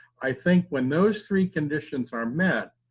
i think when those three conditions are met,